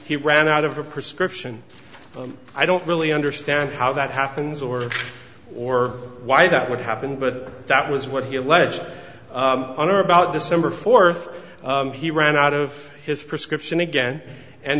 he ran out of a prescription i don't really understand how that happens or or why that would happen but that was what he alleged on or about december fourth he ran out of his prescription again and